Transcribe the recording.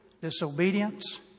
disobedience